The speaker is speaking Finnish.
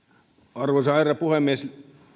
arvoisa herra puhemies